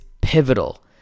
pivotal